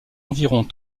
environ